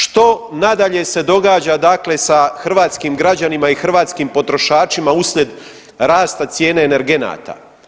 Što nadalje se događa dakle sa hrvatskim građanima i hrvatskim potrošačima uslijed rasta cijene energenata?